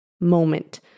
moment